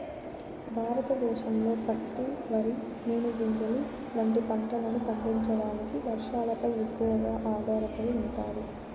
భారతదేశంలో పత్తి, వరి, నూనె గింజలు వంటి పంటలను పండించడానికి వర్షాలపై ఎక్కువగా ఆధారపడి ఉంటాది